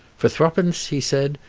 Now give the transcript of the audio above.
for thruppence, he said,